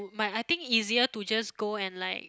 book but I think easier to just go and like